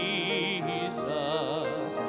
Jesus